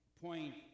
point